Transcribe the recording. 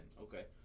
okay